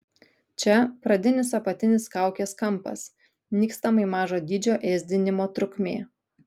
čia pradinis apatinis kaukės kampas nykstamai mažo dydžio ėsdinimo trukmė